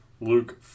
Luke